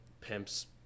pimps